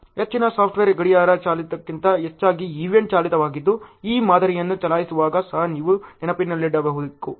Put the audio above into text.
ಹೆಚ್ಚಿನ ಸಾಫ್ಟ್ವೇರ್ ಗಡಿಯಾರ ಚಾಲಿತಕ್ಕಿಂತ ಹೆಚ್ಚಾಗಿ ಈವೆಂಟ್ ಚಾಲಿತವಾಗಿದ್ದು ನೀವು ಮಾದರಿಗಳನ್ನು ಚಲಾಯಿಸುವಾಗ ಸಹ ನೀವು ನೆನಪಿನಲ್ಲಿಡಬೇಕು